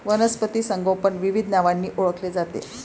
वनस्पती संगोपन विविध नावांनी ओळखले जाते